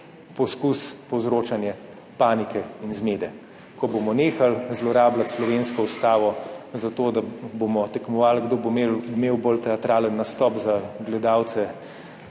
povzročanje panike in zmede. Ko bomo nehali zlorabljati slovensko ustavo za to, da bomo tekmovali, kdo bo imel bolj teatralni nastop za gledalce